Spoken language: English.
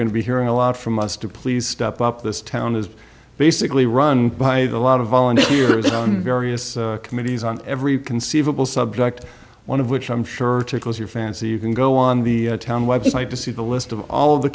going to be hearing a lot from us to please step up this town is basically run by a lot of volunteers on various committees on every conceivable subject one of which i'm sure tickles your fancy you can go on the website to see the list of all the